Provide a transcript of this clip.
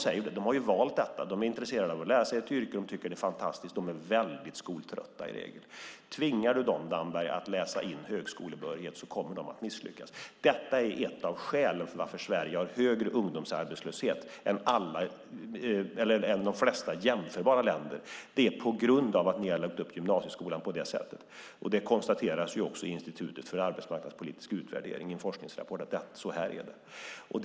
De har valt detta därför att de är intresserade av att lära sig ett yrke och tycker att det är fantastiskt. De är i regel väldigt skoltrötta. Tvingar du dem att läsa in högskolebehörighet, Damberg, kommer de att misslyckas. Detta är ett av skälen till att Sverige har högre ungdomsarbetslöshet än de flesta jämförbara länder. Det är på grund av att ni har lagt upp gymnasieskolan på det sättet. Det konstateras också i en forskningsrapport av Institutet för arbetsmarknadspolitisk utvärdering att det är så.